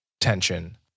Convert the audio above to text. tension